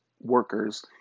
workers